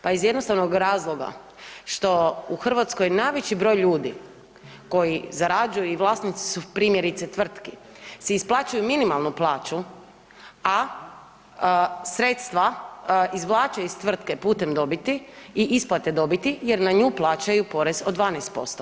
Pa iz jednostavnog razloga što u Hrvatskoj najveći broj ljudi koji zarađuje i vlasnici su, primjerice tvrtki si isplaćuju minimalnu plaću, a sredstva izvlače iz tvrtke putem dobiti i isplate dobiti jer na nju plaćaju porez od 12%